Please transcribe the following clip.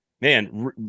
Man